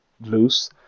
loose